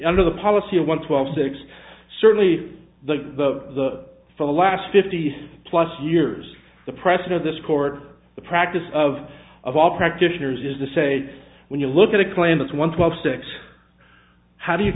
under the policy of one twelve six certainly the the for the last fifty plus years the precedent this court the practice of of all practitioners is to say when you look at a claim this one twelve six how do you